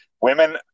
Women